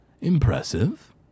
impressive